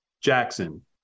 Jackson